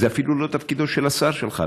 זה אפילו לא תפקידו של השר שלך.